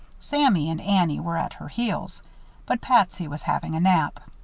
sammy and annie were at her heels but patsy was having a nap.